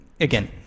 Again